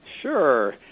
Sure